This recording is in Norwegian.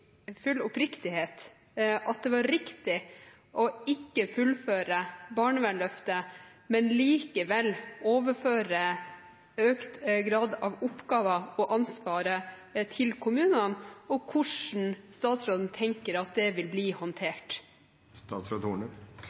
full oppriktighet at det var riktig ikke å fullføre barnevernsløftet, men likevel overføre økt grad av oppgaver og ansvar til kommunene, og hvordan statsråden tenker at det vil bli håndtert.